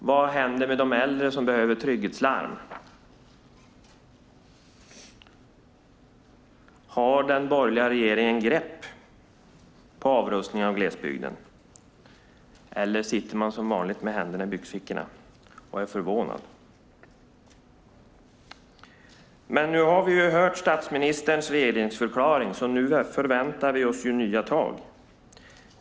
Vad händer med de äldre som behöver trygghetslarm? Har den borgerliga regeringen grepp om avrustningen av glesbygden, eller sitter man som vanligt med händerna i byxfickorna och är förvånad? Vi har nu hört statsministerns regeringsförklaring, och nu förväntar vi oss nya tag.